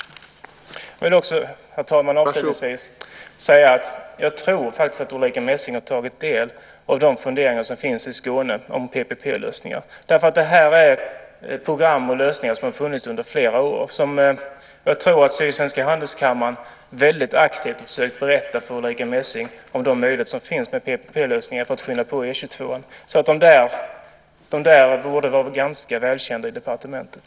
Jag vill också avslutningsvis, herr talman, säga att jag faktiskt tror att Ulrica Messing har tagit del av de funderingar som finns i Skåne om PPP-lösningar. Det här är program och lösningar som har funnits under flera år. Jag tror att Sydsvenska Handelskammaren väldigt aktivt har försökt berätta för Ulrica Messing om de möjligheter som finns med PPP-lösningar för att skynda på E 22:an, så detta borde vara ganska välkänt i departementet.